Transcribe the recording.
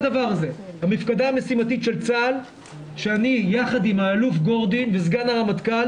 המפקדה המשימתית של צה"ל שאני יחד עם האלוף גורדין וסגן הרמטכ"ל